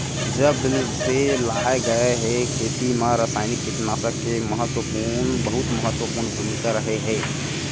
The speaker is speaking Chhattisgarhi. जब से लाए गए हे, खेती मा रासायनिक कीटनाशक के बहुत महत्वपूर्ण भूमिका रहे हे